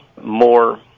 more